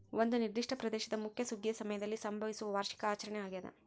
ಒಂದು ನಿರ್ದಿಷ್ಟ ಪ್ರದೇಶದ ಮುಖ್ಯ ಸುಗ್ಗಿಯ ಸಮಯದಲ್ಲಿ ಸಂಭವಿಸುವ ವಾರ್ಷಿಕ ಆಚರಣೆ ಆಗ್ಯಾದ